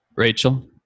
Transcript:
Rachel